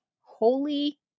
holy